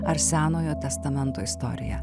ar senojo testamento istoriją